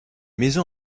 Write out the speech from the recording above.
maison